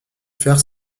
faire